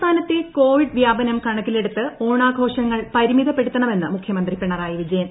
സംസ്ഥാനത്തെ കോവിഡ് വ്യാപനം കണക്കിലെടുത്ത് ഓണാഘോഷങ്ങൾ പരിമിതപ്പെടുത്തണമെന്ന് മുഖ്യമന്ത്രി പിണറായി വിജയൻ